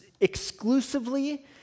exclusively